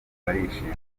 barishima